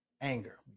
anger